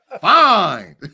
fine